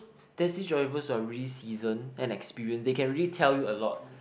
taxi drivers who are really season and experienced they can really tell you a lot